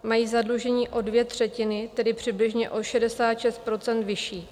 Mají zadlužení o dvě třetiny, tedy přibližně o 66 % vyšší.